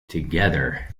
together